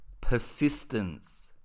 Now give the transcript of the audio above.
persistence